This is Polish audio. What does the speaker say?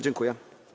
Dziękuję.